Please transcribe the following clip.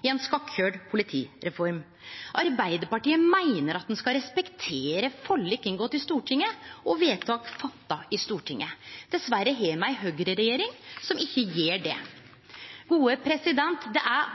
i ei skakkøyrd politireform. Arbeidarpartiet meiner at ein skal respektere forlik inngått i Stortinget og vedtak fatta i Stortinget. Dessverre har me ei høgreregjering som ikkje gjer det. Det er